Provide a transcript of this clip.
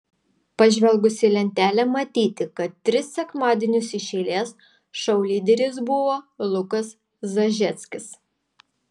pažvelgus į lentelę matyti kad tris sekmadienius iš eilės šou lyderis buvo lukas zažeckis